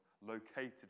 located